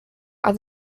are